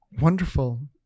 Wonderful